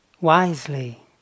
wisely